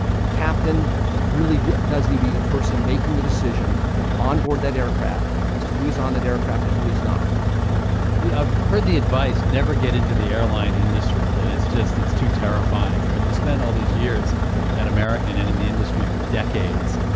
the captain really does does need to be the person making the decision on board that aircraft as to who is on that aircraft and who is not yeah i've heard the advice never get into the airline industry, that it's just too terrifying. i mean, you spend all these years at american and in the industry for decades.